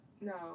No